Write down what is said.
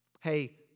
Hey